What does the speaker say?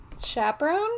Chaperone